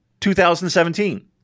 2017